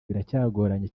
biracyagoranye